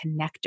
connector